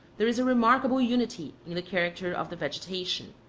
there is a remarkable unity in the character of the vegetation.